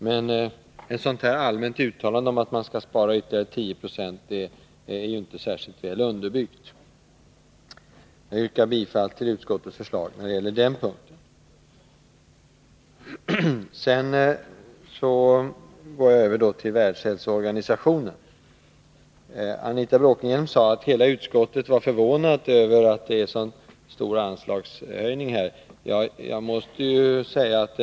Men ett allmänt uttalande om att det skall sparas ytterligare 10 20 är inte särskilt väl underbyggt. Jag yrkar bifall till utskottets förslag på denna punkt. Sedan går jag över till frågan om Världshälsoorganisationen. Anita Bråkenhielm sade att hela utskottet var förvånat över att anslagshöjningen är så stor.